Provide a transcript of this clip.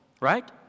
right